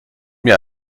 mir